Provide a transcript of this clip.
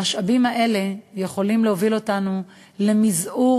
המשאבים האלה יכולים להוביל אותנו למזעור